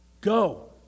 Go